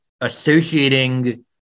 associating